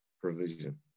provision